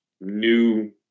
new